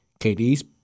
KD's